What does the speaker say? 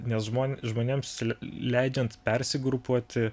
nes žmonės žmonėms leidžiant persigrupuoti